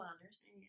Honors